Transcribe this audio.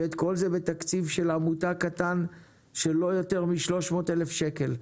ואת כל זה בתקציב עמותה קטן של לא יותר מ- 300 אלף שקל.